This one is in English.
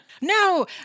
No